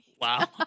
Wow